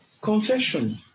confession